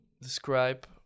describe